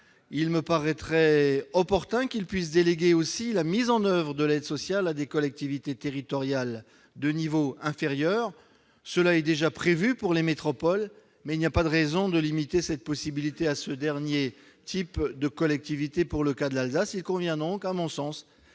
il me paraîtrait opportun qu'ils puissent déléguer la mise en oeuvre de l'aide sociale à des collectivités territoriales de niveau inférieur. Cela est déjà prévu pour les métropoles, mais il n'y a pas de raison de limiter cette possibilité à ce dernier type de collectivité dans le cas de l'Alsace. Il convient donc que